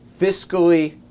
fiscally